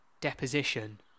deposition